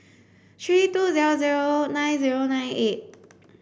three two zero zero nine zero nine eight